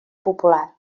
popular